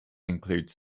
include